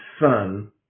son